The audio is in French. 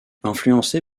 influencé